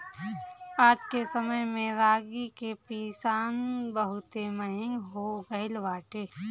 आजके समय में रागी के पिसान बहुते महंग हो गइल बाटे